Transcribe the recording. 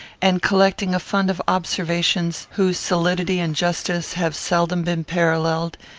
and collecting a fund of observations whose solidity and justice have seldom been paralleled,